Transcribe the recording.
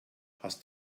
hast